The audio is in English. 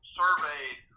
surveyed